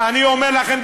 אני אומר לכם,